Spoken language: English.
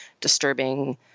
disturbing